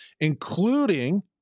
including